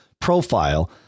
profile